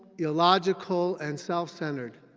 illogical, and self-centered.